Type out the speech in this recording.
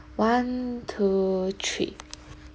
one two three